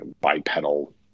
bipedal